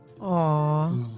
Aw